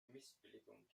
missbilligung